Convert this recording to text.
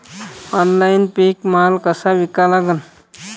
Online पीक माल कसा विका लागन?